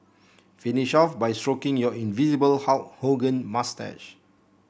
finish off by stroking your invisible Hulk Hogan moustache